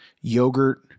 yogurt